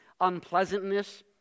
unpleasantness